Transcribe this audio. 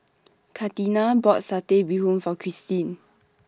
Katina bought Satay Bee Hoon For Christine